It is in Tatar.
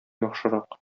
яхшырак